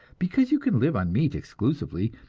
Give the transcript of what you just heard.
because you can live on meat exclusively,